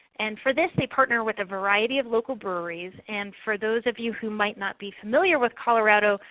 and for this they partner with a variety of local breweries. and for those of you who might not be familiar with colorado,